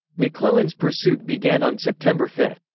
mcclellan's pursuit began on september five.